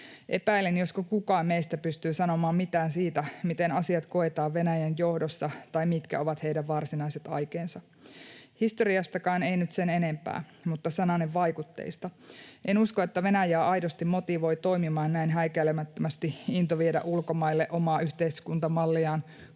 Epäilen, josko kukaan meistä pystyy sanomaan mitään siitä, miten asiat koetaan Venäjän johdossa tai mitkä ovat heidän varsinaiset aikeensa. Historiastakaan ei nyt sen enempää, mutta sananen vaikutteista: En usko, että Venäjää aidosti motivoi toimimaan näin häikäilemättömästi into viedä ulkomaille omaa yhteiskuntamalliaan,